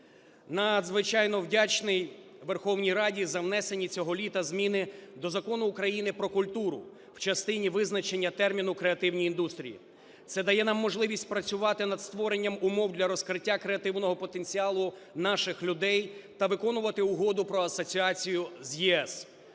Надзвичайно вдячний Верховній Раді за внесені цього літа зміни до Закону України "Про культуру" в частині визначення терміну "креативні індустрії". Це дає нам можливість працювати над створенням умов для розкриття креативного потенціалу наших людей та виконувати Угоду про асоціацію з ЄС.